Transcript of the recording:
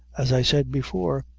as i said before,